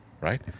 right